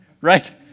right